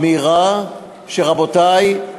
רבותי,